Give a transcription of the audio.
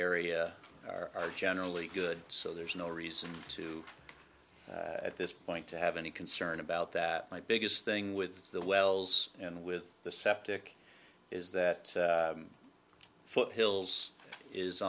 area are generally good so there's no reason to at this point to have any concern about that my biggest thing with the wells and with the septic is that foothills is